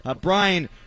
Brian